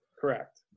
Correct